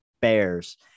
Bears